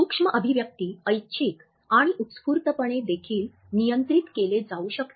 सूक्ष्म अभिव्यक्ती ऐच्छिक आणि उत्स्फूर्तपणे देखील नियंत्रित केले जाऊ शकते